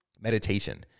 Meditation